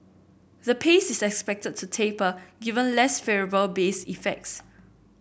the pace is expected to taper given less favourable base effects